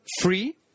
Free